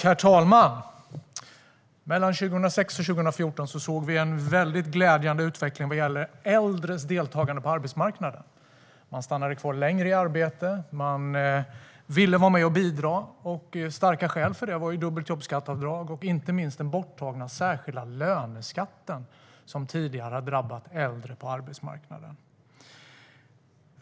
Herr talman! Mellan 2006 och 2014 såg vi en väldigt glädjande utveckling för äldre personers deltagande på arbetsmarknaden. De stannade kvar längre i arbete, och de ville vara med och bidra. Starka skäl för det var ett dubbelt jobbskatteavdrag och den borttagna särskilda löneskatten, som tidigare hade drabbat äldre på arbetsmarknaden.